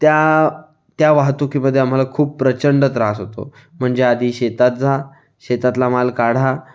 त्या त्या वाहतुकीमध्ये आम्हाला खूप प्रचंड त्रास होतो म्हणजे आधी शेतात जा शेतातला माल काढा